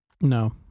no